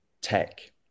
tech